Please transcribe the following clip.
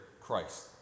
Christ